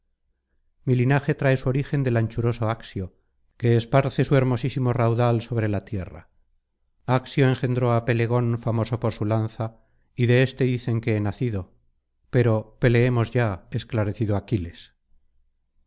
mi linaje trae su origen del anchuroso axio que esparce su hermosísimo raudal sobre la tierra axio engendró á pelegón famoso por su lanza y de éste dicen que he nacido pero peleemos ya esclarecido aquiles